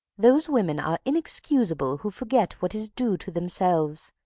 those women are inexcusable who forget what is due to themselves,